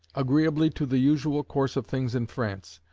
agreeably to the usual course of things in france,